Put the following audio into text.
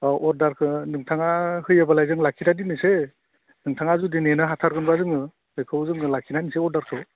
अ अर्डारखो नोंथाङा होयोब्लालाय जों लाखिना दोननोसै नोंथाङा जुदि नेनो हाथारगोनब्ला जोङो बेखौ जोङो लाखिना दोननोसै अर्डारखौ